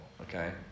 okay